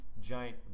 giant